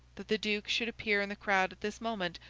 that the duke should appear in the crowd at this moment,